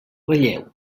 relleu